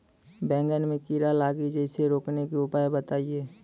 बैंगन मे कीड़ा लागि जैसे रोकने के उपाय बताइए?